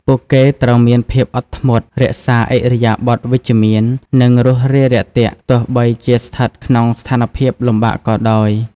ពួកគេត្រូវមានភាពអត់ធ្មត់ រក្សាឥរិយាបថវិជ្ជមាន និងរួសរាយរាក់ទាក់ ទោះបីជាស្ថិតក្នុងស្ថានភាពលំបាកក៏ដោយ។